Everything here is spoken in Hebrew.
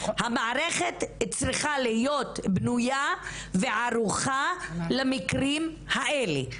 המערכת צריכה להיות בנויה וערוכה למקרים האלה.